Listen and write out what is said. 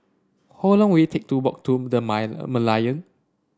how long will it take to walk to The Merlion